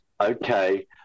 okay